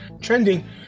trending